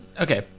Okay